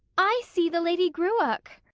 i see the lady gruach.